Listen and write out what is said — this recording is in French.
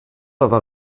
avoir